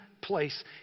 place